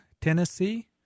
Tennessee